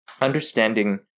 understanding